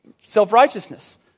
self-righteousness